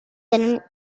the